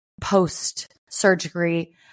post-surgery